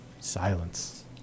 Silence